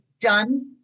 done